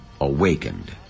awakened